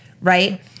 Right